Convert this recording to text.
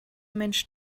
mensch